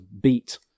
beat